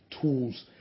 tools